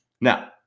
Now